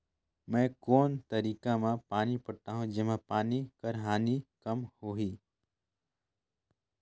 मैं कोन तरीका म पानी पटाहूं जेमा पानी कर हानि कम होही?